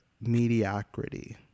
mediocrity